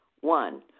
One